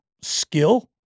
skill